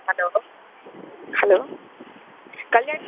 hello hello Kalyani